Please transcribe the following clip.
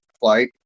flight